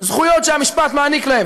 זכויות שהמשפט מעניק להם,